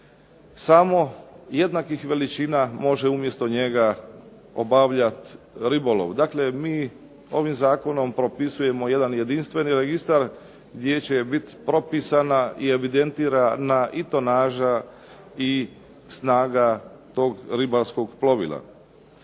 samo jednakih veličina može umjesto njega obavljati ribolov. Dakle, mi ovim zakonom propisujemo jedan jedinstveni registar gdje će biti propisana i evidentirana i tonaža i snaga toga ribarskog plovila.